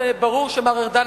וברור שמר ארדן,